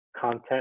content